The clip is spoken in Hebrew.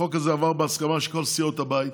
החוק הזה עבר בהסכמה של כל סיעות הבית,